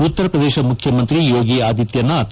ಉತ್ತರ ಪ್ರದೇಶ ಮುಖ್ಯಮಂತ್ರಿ ಯೋಗಿ ಅದಿತ್ಯನಾಥ್